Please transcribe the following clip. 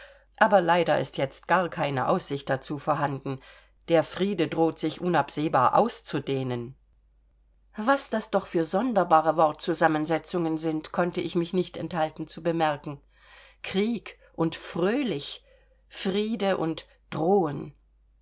aber leider ist jetzt gar keine aussicht dazu vorhanden der friede droht sich unabsehbar auszudehnen was das doch für sonderbare wortzusammensetzungen sind konnte ich mich nicht enthalten zu bemerken krieg und fröhlich friede und drohen